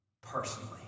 personally